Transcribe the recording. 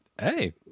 Hey